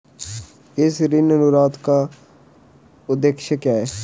इस ऋण अनुरोध का उद्देश्य क्या है?